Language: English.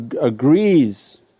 agrees